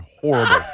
horrible